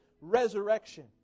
resurrection